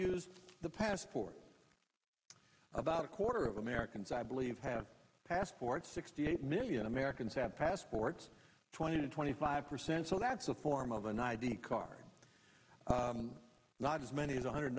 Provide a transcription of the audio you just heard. use the passport about a quarter of americans i believe have passports sixty eight million americans have passports twenty to twenty five percent so that's a form of an id card not as many as one hundred